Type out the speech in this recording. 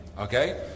Okay